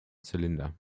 zylinder